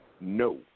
no